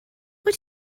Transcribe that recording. wyt